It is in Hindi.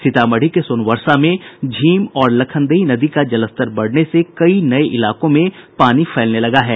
सीतामढ़ी के सोनबर्षा में झीम और लखनदेई नदी का जलस्तर बढ़ने से कई नये इलाकों में पानी फैलने लगा है